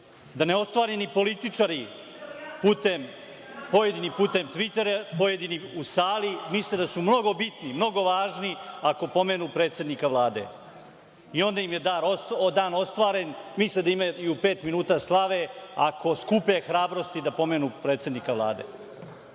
da neostvareni političari pojedini putem Tvitera, pojedini u sali, misle da su mnogo bitni, mnogo važni, ako pomenu predsednika Vlade i onda im je dan ostvaren, misle da imaju pet minuta slave ako skupe hrabrosti da pomenu predsednika Vlade,